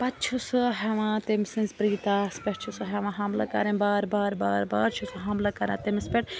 پَتہٕ چھُ سُہ ہیٚوان تٔمۍ سٕنٛزِس پریٖتاہَس پٮ۪ٹھ چھِ سُہ ہیٚوان حملہٕ کَرٕنۍ بار بار بار بار چھُ سُہ حملہٕ کَران تٔمِس پٮ۪ٹھ